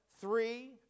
three